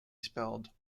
spelled